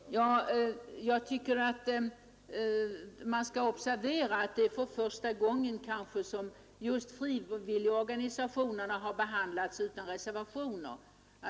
Herr talman! Jag tycker att man skall observera att det kanske är första gången som just frivilligorganisationerna har behandlats utan reservation.